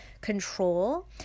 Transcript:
control